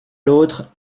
l’autre